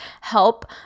help